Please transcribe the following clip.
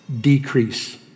decrease